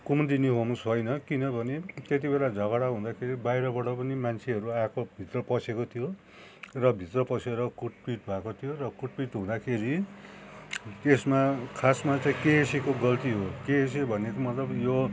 Kumudini homes होइन किनभने त्यति बेला झगडा हुदाँखेरि बाहिरबाट पनि मान्छेहरू आएको भित्र पसेको थियो र भित्र पसेर कुटपिट भएको थियो र कुटपिट हुदाँखेरि त्यसमा खासमा चाहिँ केएसएको गल्ती हो केएसए भनेको मतलब